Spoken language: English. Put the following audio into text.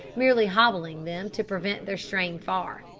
merely hobbling them to prevent their straying far.